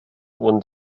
und